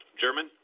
German